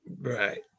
Right